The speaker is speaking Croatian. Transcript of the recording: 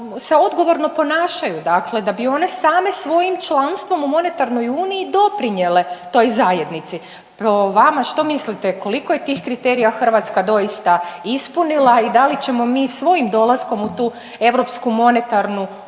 odgovorno ponašaju, dakle da bi one same svojim članstvom u monetarnoj uniji doprinijele toj zajednici. Po vama što mislite koliko je tih kriterija Hrvatska doista ispunila i da ćemo mi svojim dolaskom u tu europsku monetarnu